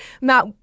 Matt